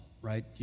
right